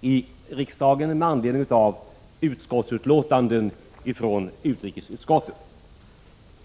i riksdagen med anledning av utlåtanden från utrikesutskottet.